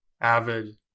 avid